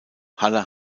haller